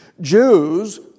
Jews